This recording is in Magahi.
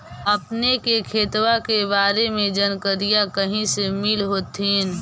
अपने के खेतबा के बारे मे जनकरीया कही से मिल होथिं न?